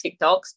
TikToks